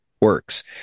works